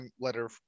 letter